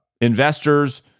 investors